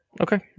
Okay